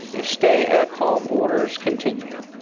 if stay at home orders continue.